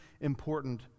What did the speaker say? important